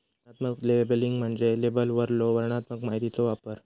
वर्णनात्मक लेबलिंग म्हणजे लेबलवरलो वर्णनात्मक माहितीचो वापर